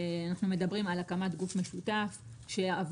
אנחנו מדברים על הקמת גוף משותף שיעבוד